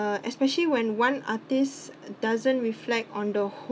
especially when one artist doesn't reflect on the wh~